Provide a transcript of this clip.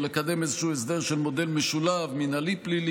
או לקדם איזשהו הסדר של מודל משולב מינהלי-פלילי,